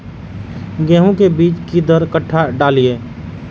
गेंहू के बीज कि दर कट्ठा डालिए?